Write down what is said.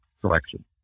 selection